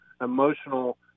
emotional